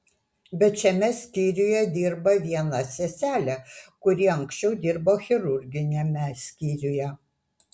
bet šiame skyriuje dirba viena seselė kuri anksčiau dirbo chirurginiame skyriuje